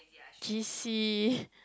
G C